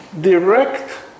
direct